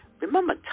Remember